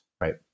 right